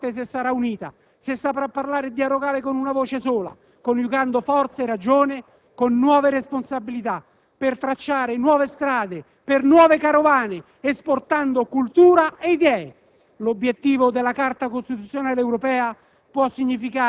Uscendo dalla crisi di crescita, l'Europa potrà diventare forte se sarà unita, se saprà parlare e dialogare con una voce sola, coniugando forza e ragione con nuove responsabilità, per tracciare nuove strade per nuove carovane, esportando cultura e idee.